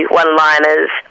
one-liners